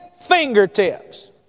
fingertips